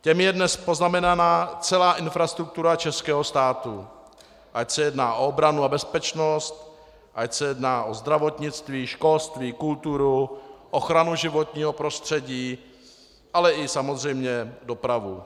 Těmi je dnes poznamenaná celá infrastruktura českého státu, ať se jedná o obranu a bezpečnost, ať se jedná o zdravotnictví, školství, kulturu, ochranu životního prostředí, ale samozřejmě i dopravu.